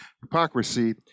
hypocrisy